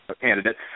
candidate